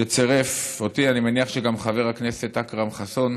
שצירף אותי, אני מניח שגם חבר הכנסת אכרם חסון